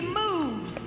moves